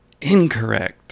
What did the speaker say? Incorrect